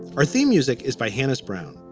our theme music is by hani's brown.